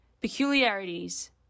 Peculiarities